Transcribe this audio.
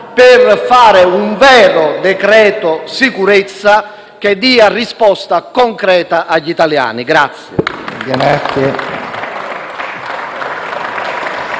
per fare un vero decreto sicurezza che dia risposta concreta agli italiani.